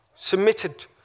Submitted